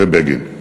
ובגין,